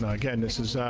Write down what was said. again, this is,